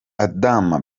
adama